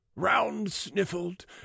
round-sniffled